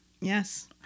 Yes